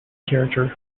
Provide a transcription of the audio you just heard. character